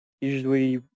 Usually